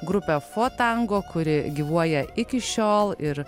grupę fotango kuri gyvuoja iki šiol ir